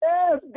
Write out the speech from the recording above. Yes